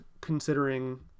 considering